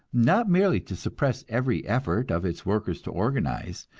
not merely to suppress every effort of its workers to organize,